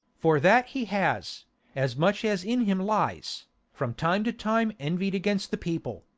for that he has as much as in him lies from time to time envied against the people,